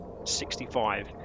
65